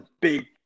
big